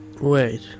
Wait